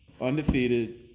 undefeated